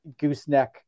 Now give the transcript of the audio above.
gooseneck